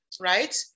right